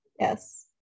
Yes